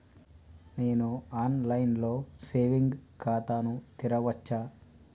నేను online లో saving ఖాతా ను తెరవచ్చా?